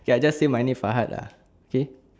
ya just say my name farhad lah okay